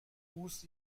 بوس